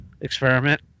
experiment